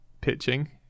pitching